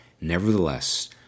Nevertheless